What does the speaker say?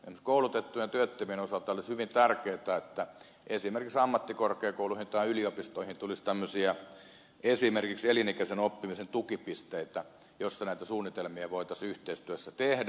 esimerkiksi koulutettujen työttömien osalta olisi hyvin tärkeätä että esimerkiksi ammattikorkeakouluihin tai yliopistoihin tulisi esimerkiksi tämmöisiä elinikäisen oppimisen tukipisteitä joissa näitä suunnitelmia voitaisiin yhteistyössä tehdä